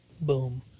Boom